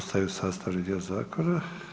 Postaju sastavni dio zakona.